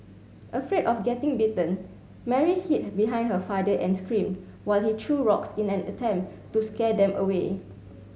afraid of getting bitten Mary hid behind her father and screamed while he threw rocks in an attempt to scare them away